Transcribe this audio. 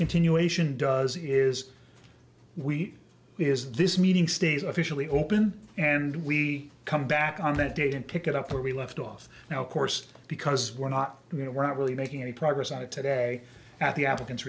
continuation does is we is this meeting stays officially open and we come back on that date and pick it up or we left off now of course because we're not you know we're not really making any progress on it today at the applicant